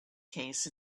case